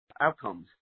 outcomes